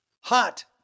hot